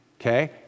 Okay